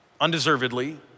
undeservedly